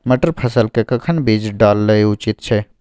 मटर फसल के कखन बीज डालनाय उचित छै?